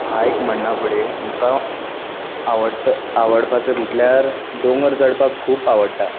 hike म्हणना फुडें म्हाका आवडटा आवडपाचो म्हटल्यार दोंगर चडपाक खूब आवडटा